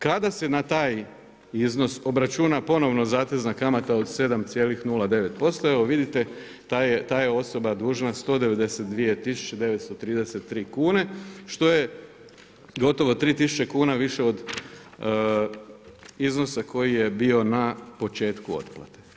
Kada se na taj iznos obračuna ponovno zatezna kamata od 7,09%, evo vidite ta je osoba dužna 192 933 kune što je gotovo 3000 kuna više od iznosa koji je bio na početku otplate.